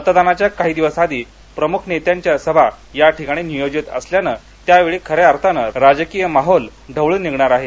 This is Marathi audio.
मतदानाच्या आधी काही दिवस प्रमुख नेत्यांच्या सभा नियोजित असल्याने त्यावेळी खऱ्या अर्थाने राजकीय माहौल ढवळून निघणार आहे